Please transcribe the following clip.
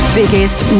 biggest